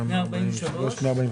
כן.